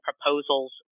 proposals